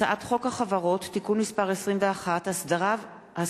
הצעת חוק החברות (תיקון מס' 21) (הסדרת